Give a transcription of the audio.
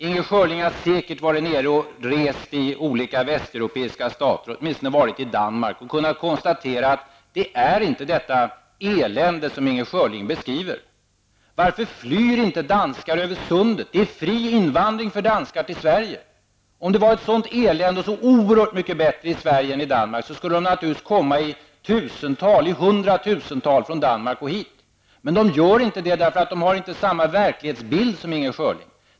Inger Schörling har säkert rest i olika västeuropeiska stater, åtminstone varit i Danmark, och kunnat konstatera att det inte är fråga om detta elände som hon beskriver. Varför flyr inte danskar över sundet? Det är fri invandring för danskar till Sverige. Om det var ett sådant elände och så oerhört mycket bättre i Sverige än i Danmark skulle de naturligtvis komma i hundratusental från Danmark och hit. Men de gör inte det, eftersom de inte har samma verklighetsbild som Inger Schörling.